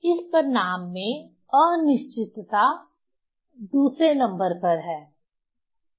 इस परिणाम में अनिश्चितता दूसरे नंबर पर है सही है